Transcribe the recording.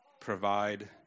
provide